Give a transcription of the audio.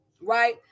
right